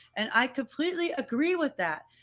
and i completely agree with that,